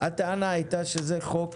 הטענה הייתה שזה חוק